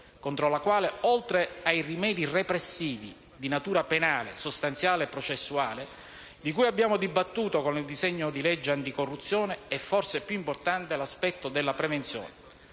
contro la quale, oltre ai rimedi repressivi di natura penale, sostanziale e processuale, di cui abbiamo dibattuto con il disegno di legge anticorruzione, è forse più importante l'aspetto della prevenzione.